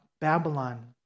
Babylon